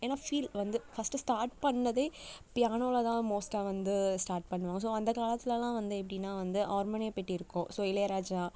ஏன்னால் ஃபீல் வந்து first start பண்ணிணதே பியானோவில் தான் மோஸ்ட்டாக வந்து ஸ்டார்ட் பண்ணுவோம் ஸோ அந்த காலத்திலலாம் வந்து எப்படின்னா வந்து ஆர்மோனியப்பெட்டி இருக்கும் ஸோ இளையராஜா